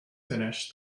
finish